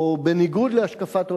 או בניגוד להשקפת עולמי,